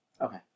Okay